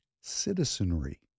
citizenry